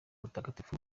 mutagatifu